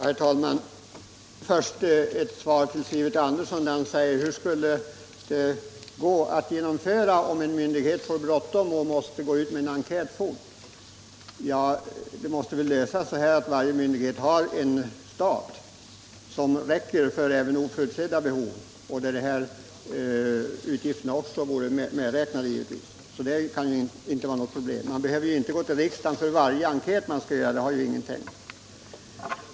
Herr talman! Till att börja med vill jag ge ett svar till herr Sivert Andersson i Stockholm, som frågar hur det hela skulle kunna genomföras om en myndighet får bråttom och måste gå ut med en enkät snabbt. Det måste väl lösas på det sättet att varje myndighet har en stab som räcker även för oförutsedda behov och att sådana utgifter då är medräknade. Det kan inte vara något problem. En myndighet skall inte behöva gå till riksdagen och begära anslag för varje enkät den skall göra. Det har ingen tänkt.